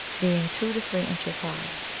being two to three inches high.